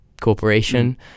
corporation